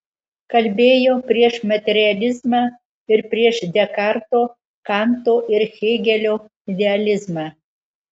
kalbėjo prieš materializmą ir prieš dekarto kanto ir hėgelio idealizmą